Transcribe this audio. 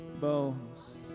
bones